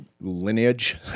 lineage